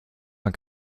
man